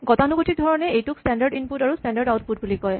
গতানুগতিক ধৰণে এইটোক স্টেনডাৰ্ট ইনপুট আৰু স্টেনডাৰ্ট আউটপুট বুলি কয়